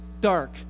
dark